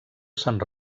sant